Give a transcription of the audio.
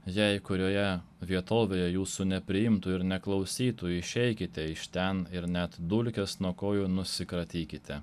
jei kurioje vietovėje jūsų nepriimtų ir neklausytų išeikite iš ten ir net dulkes nuo kojų nusikratykite